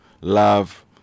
love